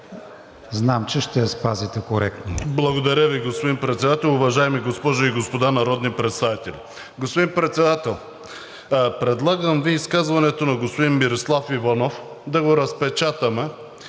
Знам, че ще я спазите коректно.